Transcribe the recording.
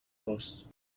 boss